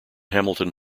hamilton